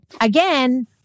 again